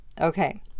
Okay